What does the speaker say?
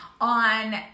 on